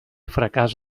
fracàs